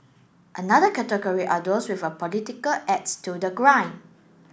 another category are those with a political axe to the grind